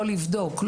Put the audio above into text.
לא לבדוק,